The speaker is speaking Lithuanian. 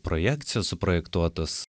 projekcijos suprojektuotos